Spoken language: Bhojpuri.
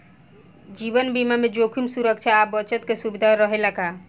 जीवन बीमा में जोखिम सुरक्षा आ बचत के सुविधा रहेला का?